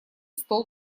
стол